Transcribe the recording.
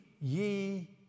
ye